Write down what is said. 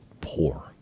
poor